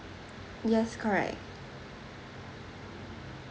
yes correct